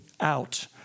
out